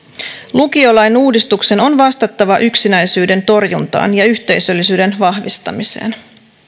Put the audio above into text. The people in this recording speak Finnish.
lu kiolain uudistuksen on vastattava yksinäisyyden torjuntaan ja yhteisöllisyyden vahvistamiseen